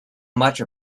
much